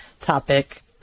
topic